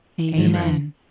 Amen